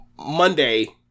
Monday